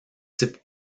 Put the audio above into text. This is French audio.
type